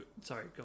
sorry